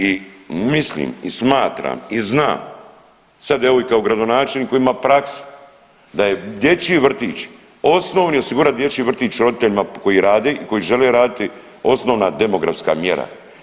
I mislim i smatram i znam, sad evo i gradonačelnik koji ima praksu da je dječji vrtić osnovni osigurat dječji vrtić roditeljima koji rade i koji žele raditi osnovna demografska mjera.